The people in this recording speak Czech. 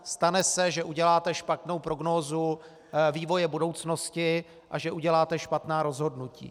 Stane se, že uděláte špatnou prognózu vývoje budoucnosti a že uděláte špatná rozhodnutí.